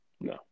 No